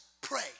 pray